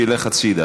שילך הצדה,